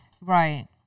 Right